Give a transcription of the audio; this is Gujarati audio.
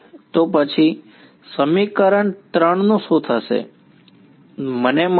તો પછી સમીકરણ 3 નું શું થશે મને મળશે